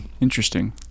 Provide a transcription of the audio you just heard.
Interesting